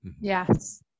Yes